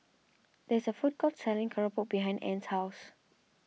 there's a food court selling Keropok Behind Ann's house